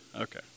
Okay